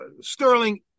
Sterling